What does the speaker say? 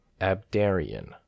abdarian